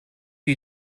you